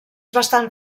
bastant